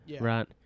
Right